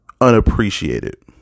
unappreciated